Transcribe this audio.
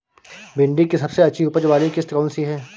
भिंडी की सबसे अच्छी उपज वाली किश्त कौन सी है?